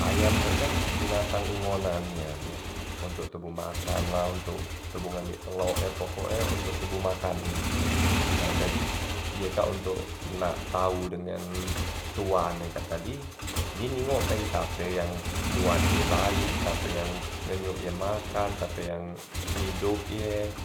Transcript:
Ayam kak kan binatang ingonan nian ye, untuk tebu makan la, untuk tebu ngambek telok e, pokok e untuk tebu makan intinyo tu. Nah jadi ye kak untuk nak tau dengan tuan e kak tadi, ye ningok dari sape yang muat ye baik, sape yang ngenyuk ye makan, sape yang ngidop ye,